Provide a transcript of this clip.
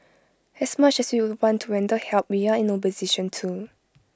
as much as we would want to render help we are in no position to